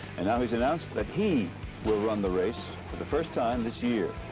and now he's announced that he will run the race for the first time this year,